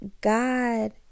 god